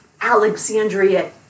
Alexandria